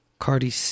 Cardi